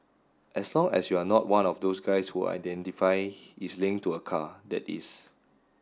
as long as you're not one of those guys who identify is linked to a car that is